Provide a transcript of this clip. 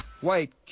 white